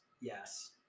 yes